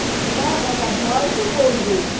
হ্যাঁ দাদা ভয় তো করবেই